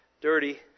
dirty